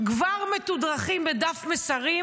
כבר מתודרכים בדף מסרים,